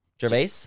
Gervais